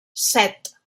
set